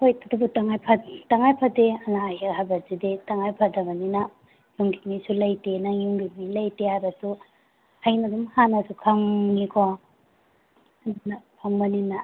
ꯍꯣꯏ ꯑꯗꯨꯕꯨ ꯇꯉꯥꯏ ꯇꯉꯥꯏ ꯐꯗꯦ ꯑꯅꯥ ꯑꯌꯦꯛ ꯍꯥꯏꯕꯁꯤꯗꯤ ꯇꯉꯥꯏ ꯐꯗꯕꯅꯤꯅ ꯌꯨꯝꯒꯤ ꯃꯤꯁꯨ ꯂꯩꯇꯦꯅ ꯌꯨꯝꯒꯤ ꯃꯤ ꯂꯩꯇꯦ ꯍꯥꯏꯔꯁꯨ ꯑꯩꯅ ꯑꯗꯨꯝ ꯍꯥꯟꯅꯁꯨ ꯈꯪꯉꯤꯀꯣ ꯑꯗꯨꯅ ꯈꯪꯕꯅꯤꯅ